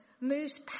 moves